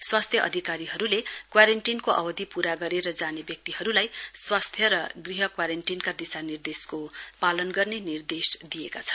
स्वास्थ्य अधिकारीहरूले क्वारेटन्टीनको अवधि पूरा गरेर जाने व्यक्तिहरूलाई स्वास्थ्य र गृह क्वारेन्टीनका दिशा निर्देशको पालन गर्ने निर्देश दिएका छन्